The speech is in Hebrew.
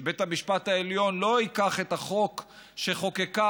ובית המשפט העליון לא ייקח את החוק שחוקקה